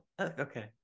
Okay